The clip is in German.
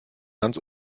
ganz